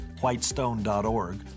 whitestone.org